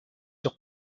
sur